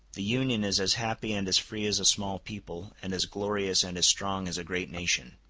the union is as happy and as free as a small people, and as glorious and as strong as a great nation.